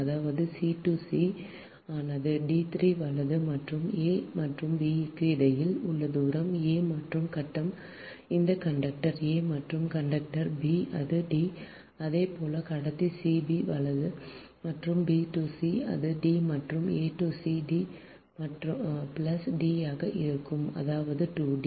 அதாவது c to c ஆனது d3 மற்றும் a மற்றும் b க்கு இடையில் உள்ள தூரம் a மற்றும் கட்டம் இந்த கண்டக்டர் a மற்றும் கண்டக்டர் b அது D அதே போல் கடத்தி c b மற்றும் b to c அது D மற்றும் a to c D plus D ஆக இருக்கும் அதனால் 2 D